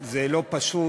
זה לא פשוט,